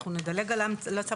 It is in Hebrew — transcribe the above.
אנחנו נדלג על ההמלצה,